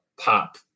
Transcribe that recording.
pop